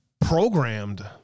programmed